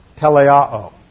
teleao